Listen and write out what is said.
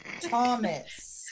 Thomas